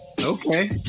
okay